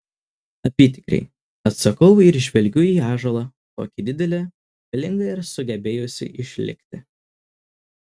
apytikriai atsakau ir žvelgiu į ąžuolą tokį didelį galingą ir sugebėjusį išlikti